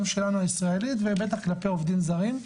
גם שלנו הישראלית ובטח כלפי עובדים זרים.